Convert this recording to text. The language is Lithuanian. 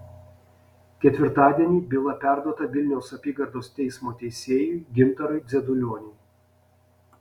ketvirtadienį byla perduota vilniaus apygardos teismo teisėjui gintarui dzedulioniui